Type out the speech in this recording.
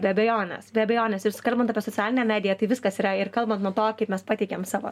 be abejonės be abejonės ir kalbant apie socialinę mediją tai viskas yra ir kalbant nuo to kaip mes pateikiam savo